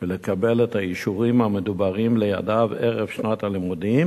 ולקבל לידיו את האישורים המדוברים ערב שנת הלימודים